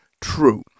true